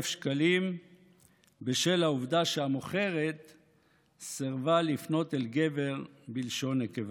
שקלים בשל העובדה שהמוכרת סירבה לפנות אל גבר בלשון נקבה.